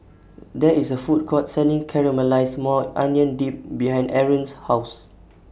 There IS A Food Court Selling Caramelized Maui Onion Dip behind Arron's House